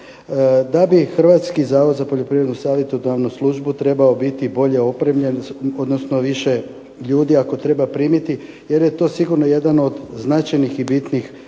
da bi Hrvatski zavod za poljoprivrednu savjetodavnu službu trebao biti bolje opremljen, odnosno više ljudi ako treba primiti jer je to sigurno jedan od značajnih i bitnih